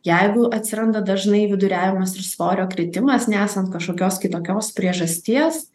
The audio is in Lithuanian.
jeigu atsiranda dažnai viduriavimas ir svorio kritimas nesant kažkokios kitokios priežasties